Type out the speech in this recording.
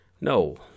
No